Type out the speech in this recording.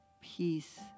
peace